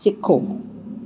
ਸਿੱਖੋ